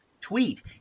tweet